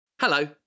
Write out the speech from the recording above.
Hello